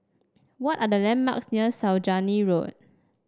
what are the landmarks near Saujana Road